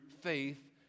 faith